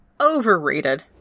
Overrated